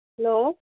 hello